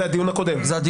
זה הדיון הקודם.